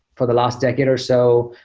for the last decade or so,